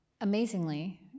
Amazingly